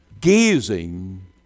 gazing